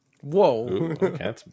Whoa